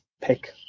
pick